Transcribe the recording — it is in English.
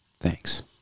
Thanks